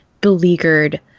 beleaguered